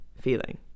feeling